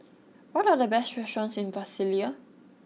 what are the best restaurants in Brasilia